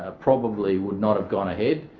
ah probably would not have gone ahead.